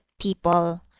people